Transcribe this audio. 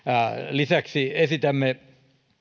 lisäksi esitämme